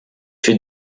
für